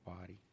body